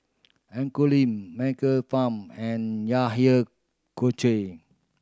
Lim Michael Fam and